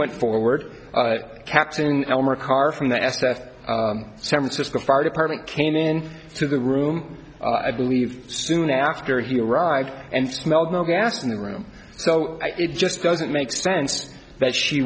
went forward captain elmer car from the s f san francisco fire department came in to the room i believe soon after he arrived and smelled no gas in the room so it just doesn't make sense that she